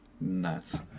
nuts